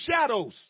shadows